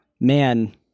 man